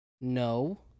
no